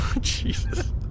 Jesus